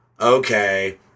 okay